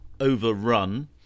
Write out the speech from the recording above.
Overrun